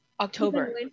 October